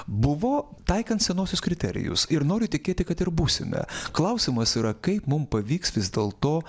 buvo taikant senuosius kriterijus ir noriu tikėti kad ir būsime klausimas yra kaip mum pavyks vis dėlto